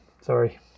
Sorry